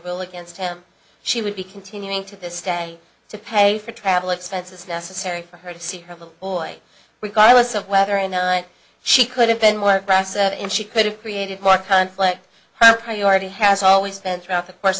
will against him she would be continuing to this day to pay for travel expenses necessary for her to see her little boy we guy was of whether or not she could have been more passive and she could have created more conflict high priority has always been throughout the course